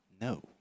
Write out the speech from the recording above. no